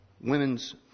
women's